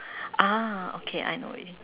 ah okay I know already